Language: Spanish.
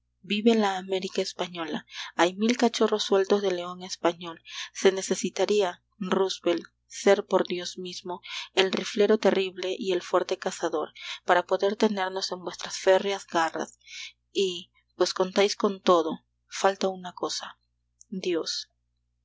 vive la américa española hay mil cachorros sueltos del león español se necesitaría roosevelt ser por dios mismo el riflero terrible y el fuerte cazador para poder tenernos en vuestras férreas garras y pues contáis con todo falta una cosa dios